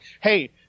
hey